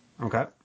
Okay